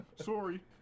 Sorry